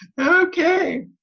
Okay